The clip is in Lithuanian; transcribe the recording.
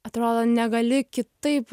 atrodo negali kitaip